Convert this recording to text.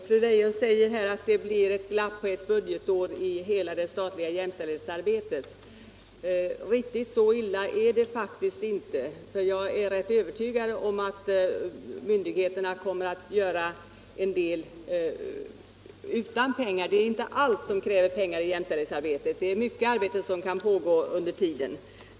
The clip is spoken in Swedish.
Herr talman! Fru Leijon säger att det blir ett glapp på ett budgetår i hela det statliga jämställdhetsarbetet. Riktigt så illa är det faktiskt inte. Jag är rätt övertygad om att myndigheterna kommer att göra en del utan pengar. Det är inte allt som kräver pengar i jämställdhetsarbetet, utan mycket arbete kan pågå i väntan på medel.